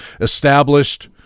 established